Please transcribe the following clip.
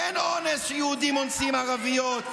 אין אונס של יהודים כלפי ערביות.